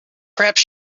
perhaps